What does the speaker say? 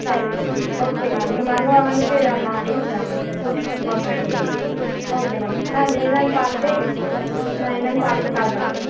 சரி okay ma'am நம்ப அங்கே வ வந்துவிட்டு அதெலாம் பேசிக்கலாம் ma'am okay ma'am okay ma'am நான் அது என்னன்னு பார்த்துட்டு நான் என்னன்னு பார்த்துட்டு கால் பண்ணுறேன் மேம்